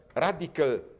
radical